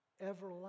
Everlasting